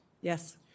Yes